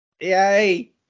Yay